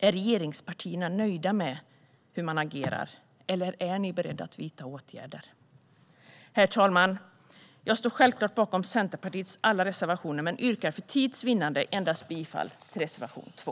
Är regeringspartierna nöjda med hur man agerar, eller är man beredd att vidta åtgärder? Herr talman! Jag står självklart bakom Centerpartiets alla reservationer men yrkar för tids vinnande bifall endast till reservation 2.